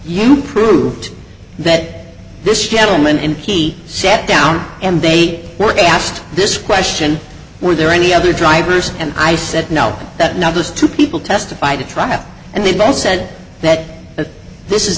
you proved that this gentleman and he sat down and they were asked this question were there any other drivers and i said now that now those two people testified to trial and they both said that this is